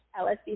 LSD